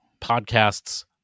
podcasts